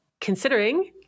considering